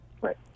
Right